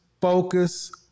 focus